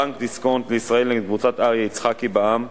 בנק דיסקונט לישראל נ' קבוצת אריה יצחקי בע"מ,